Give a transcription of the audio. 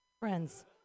Friends